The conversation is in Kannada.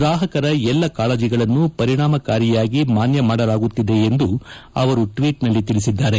ಗ್ರಾಹಕರ ಎಲ್ಲ ಕಾಳಜಿಗಳನ್ನು ಪರಿಣಾಮಕಾರಿಯಾಗಿ ಮಾನ್ಲ ಮಾಡಲಾಗುತ್ತಿದೆ ಎಂದು ಅವರು ಟ್ಟೀಟ್ನಲ್ಲಿ ತಿಳಿಸಿದ್ದಾರೆ